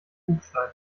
kufstein